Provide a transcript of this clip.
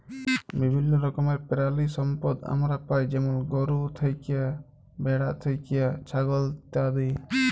বিভিল্য রকমের পেরালিসম্পদ আমরা পাই যেমল গরু থ্যাকে, ভেড়া থ্যাকে, ছাগল ইত্যাদি